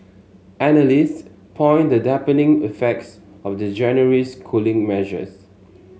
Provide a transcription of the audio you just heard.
analyst point the dampening affects of the January's cooling measures